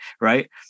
right